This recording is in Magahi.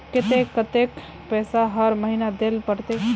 केते कतेक पैसा हर महीना देल पड़ते?